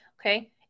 Okay